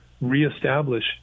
reestablish